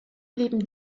blieben